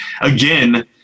again